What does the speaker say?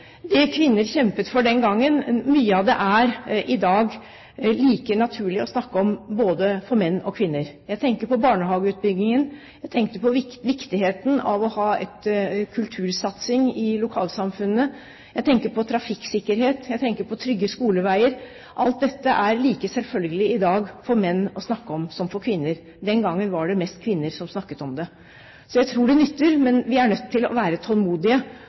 det som kvinner kjempet for den gangen, er i dag like naturlig å snakke om både for menn og kvinner. Jeg tenker på barnehageutbyggingen, jeg tenker på viktigheten av å ha en kultursatsing i lokalsamfunnene, jeg tenker på trafikksikkerhet, jeg tenker på trygge skoleveier. Alt dette er det i dag like selvfølgelig for menn å snakke om som for kvinner. Den gangen var det mest kvinner som snakket om det. Så jeg tror det nytter, men vi er nødt til å være tålmodige,